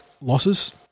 losses